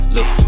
Look